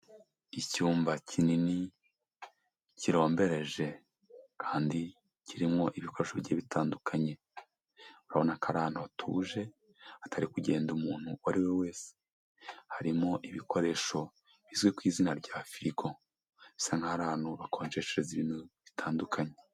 Icyumba kinini kirombereje kandi kirimo ibikoresho bigiye bitandukanye, urabona ko ari ahantu hatuje hatari kugenda umuntu uwo ari we wese, harimo ibikoresho bizwi ku izina rya firigo bisa nk'aho ari ahantu bakonjeshereza ibintu bitandukanye.